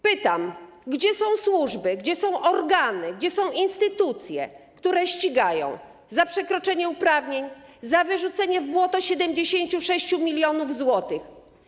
Pytam: Gdzie są służby, gdzie są organy, gdzie są instytucje, które ścigają za przekroczenie uprawnień, za wyrzucenie w błoto 76 mln zł?